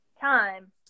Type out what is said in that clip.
time